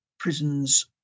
prisons